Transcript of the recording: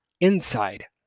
inside